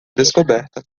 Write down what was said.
descoberta